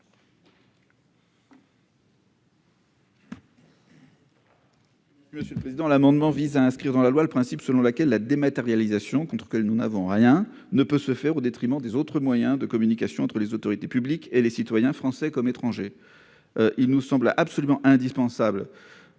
Leconte. Cet amendement vise à inscrire dans la loi le principe selon lequel la dématérialisation, contre laquelle nous n'avons rien, ne peut se faire au détriment des autres moyens de communication entre les autorités publiques et les citoyens, français comme étrangers. Si la dématérialisation